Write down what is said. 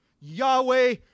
Yahweh